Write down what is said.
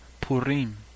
Purim